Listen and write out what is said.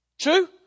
True